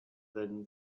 than